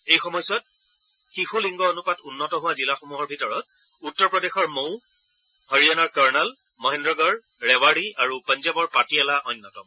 এই সময়ছোৱাত শিশু লিংগ অনুপাত উন্নত হোৱা জিলাসমূহৰ ভিতৰত উত্তৰপ্ৰদেশৰ মৌ হাৰিয়ানাৰ কৰ্ণাল মহেন্দ্ৰগড় ৰেৱাড়ি আৰু পাঞ্জাৱৰ পাটিয়ালা অন্যতম